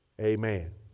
Amen